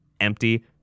empty